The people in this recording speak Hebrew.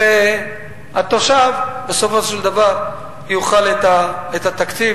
והתושב בסופו של דבר יאכל את התקציב,